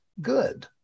good